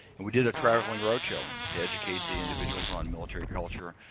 and we did a traveling roadshow to educate the individuals on military culture,